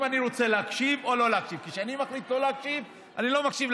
קיבלתם כיסא מעור של